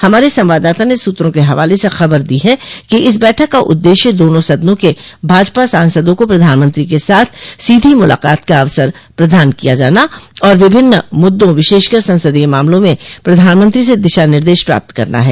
हमारे संवाददाता ने सूत्रों के हवाले से खबर दी है कि इस बैठक का उद्देश्य दोनों सदनों के भाजपा सांसदों को प्रधानमंत्री के साथ सीधी मुलाकात का अवसर प्रदान किया जाना और विभिन्न मुद्दों विशेषकर संसदीय मामलों में प्रधानमंत्रो से दिशा निर्देश प्राप्त करना है